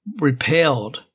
repelled